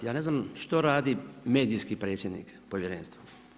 Ja ne znam što radi medijski predsjednik povjerenstva.